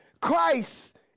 Christ